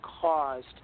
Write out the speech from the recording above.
caused